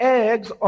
eggs